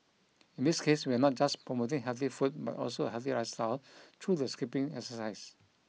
in this case we are not just promoting healthy food but also a healthy lifestyle through the skipping exercise